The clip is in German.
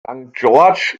george’s